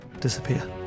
disappear